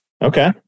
Okay